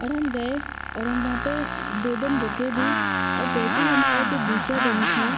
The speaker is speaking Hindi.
और हम गए और हम वहाँ पर दो दिन रुके भी और जैसे ही हमारा जो दूसरा दिन था